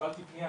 שקיבלתי פנייה,